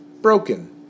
broken